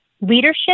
leadership